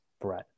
Brett